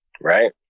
Right